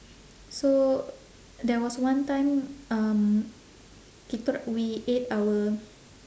so there was one time um kita or~ we ate our